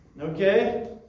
Okay